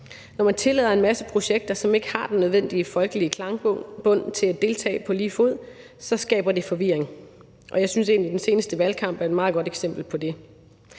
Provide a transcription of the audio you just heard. Når man tillader en masse projekter, som ikke har den nødvendige folkelige klangbund til at deltage på lige fod, skaber det forvirring, og jeg synes egentlig, at den seneste valgkamp er et meget godt eksempel på det.